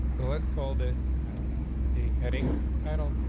so let's call this. i don't know, a heading adul.